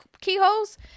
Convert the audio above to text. keyholes